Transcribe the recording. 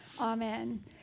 Amen